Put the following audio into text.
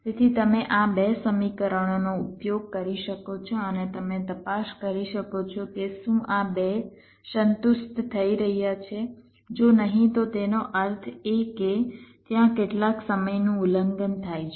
તેથી તમે આ 2 સમીકરણોનો ઉપયોગ કરી શકો છો અને તમે તપાસ કરી શકો છો કે શું આ 2 સંતુષ્ટ થઈ રહ્યા છે જો નહીં તો તેનો અર્થ એ કે ત્યાં કેટલાક સમયનું ઉલ્લંઘન થાય છે